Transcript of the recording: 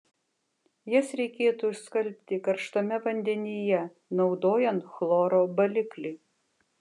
jas reikėtų išskalbti karštame vandenyje naudojant chloro baliklį